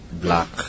black